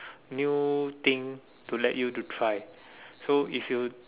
new thing to let you to try so if you